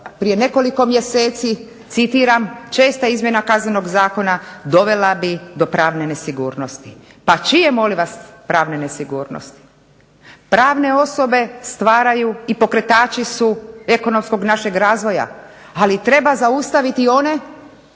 prije nekoliko mjeseci "Česta izmjena Kaznenog zakona dovela bih do pravne nesigurnosti". Pa čije molim vas pravne nesigurnosti? Pravne osobe stvaraju i pokretači su ekonomskog našeg razvoja. Ali treba zaustaviti one